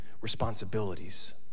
responsibilities